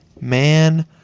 man